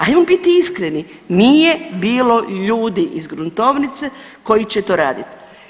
Ajmo biti iskreni, nije bilo ljudi iz gruntovnice koji će to raditi.